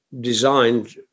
designed